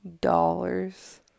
dollars